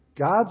God's